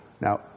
Now